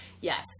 Yes